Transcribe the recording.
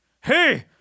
hey